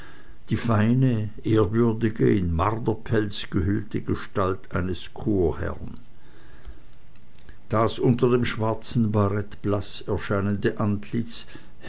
die feine ehrwürdige in marderpelz gehüllte gestalt eines chorherrn das unter dem schwarzen barett blaß erscheinende antlitz